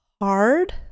hard